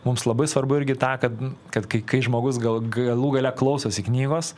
mums labai svarbu irgi tą kad kad kai kai žmogus gal galų gale klausosi knygos